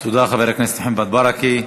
תודה, חבר הכנסת מוחמד ברכה.